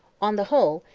on the whole,